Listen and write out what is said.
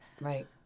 Right